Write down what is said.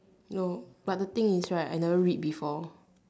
no but the thing is right I never read before